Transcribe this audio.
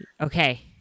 Okay